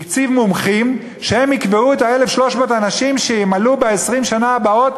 הציב מומחים שהם יקבעו את 1,300 האנשים שימלאו ב-20 השנה הבאות,